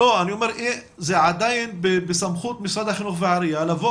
זה עדיין בסמכות משרד החינוך והעירייה לבוא